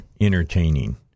entertaining